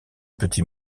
petits